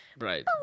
right